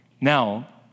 Now